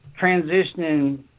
transitioning